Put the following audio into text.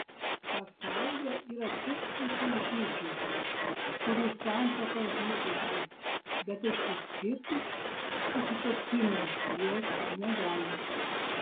pasaulyje yra tūkstančiai žydžių kurių santuoka žlugusi bet išsiskirti su sutuoktiniu jos negali